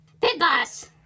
Pitboss